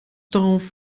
darauf